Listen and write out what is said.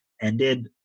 ended